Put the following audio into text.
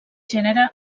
gènere